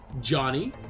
Johnny